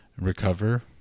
recover